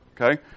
Okay